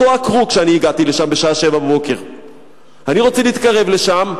אותו עקרו כשאני הגעתי לשם בשעה 07:00. אני רוצה להתקרב לשם,